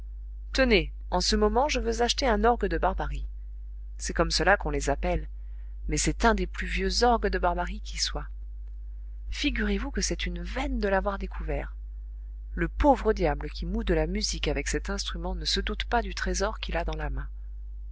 tenez en ce moment je veux acheter un orgue de barbarie c'est comme cela qu'on les appelle mais c'est un des plus vieux orgues de barbarie qui soient figurez-vous que c'est une veine de l'avoir découvert le pauvre diable qui moud de la musique avec cet instrument ne se doute pas du trésor qu'il a dans la main